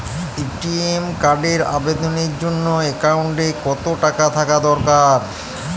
ATM কার্ডের আবেদনের জন্য অ্যাকাউন্টে কতো টাকা থাকা দরকার?